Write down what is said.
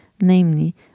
namely